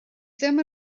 ddim